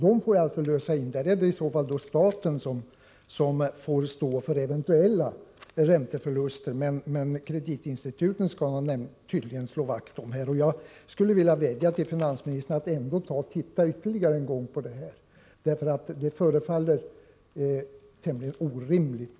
Dem får jag alltså lösa in — där är det staten som får stå för eventuella ränteförluster. Men kreditinstituten skall man tydligen slå vakt om. Jag skulle vilja vädja till finansministern att ytterligare en gång titta på det här. Det förhållande vi nu har förefaller tämligen orimligt.